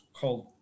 called